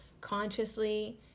consciously